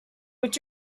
what